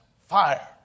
fire